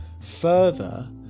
further